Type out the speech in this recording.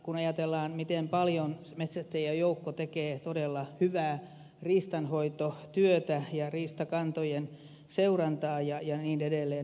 kun ajatellaan miten paljon metsästäjien joukko tekee todella hyvää riistanhoitotyötä ja riistakantojen seurantaa ja niin edelleen